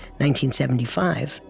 1975